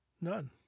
none